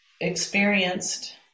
experienced